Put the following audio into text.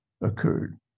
occurred